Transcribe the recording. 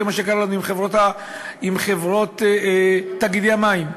כמו שקרה לנו עם תאגידי המים.